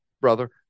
brother